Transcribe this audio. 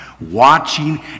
watching